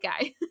guy